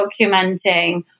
documenting